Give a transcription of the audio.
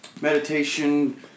meditation